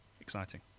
exciting